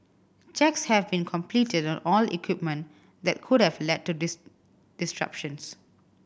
checks have been completed all equipment that could have led to the disruptions